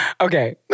Okay